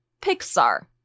Pixar